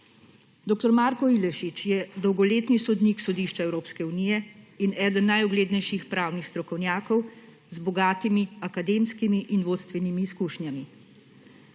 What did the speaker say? Dr. Marko Ilešič je dolgoletni sodnik Sodišča Evropske unije in eden najuglednejših pravnih strokovnjakov z bogatimi akademskimi in vodstvenimi izkušnjami.